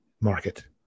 market